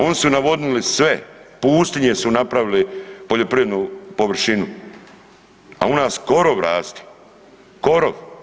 Oni su navodnili sve, pustinje su napravili poljoprivrednu površinu, a u nas korov raste, korov.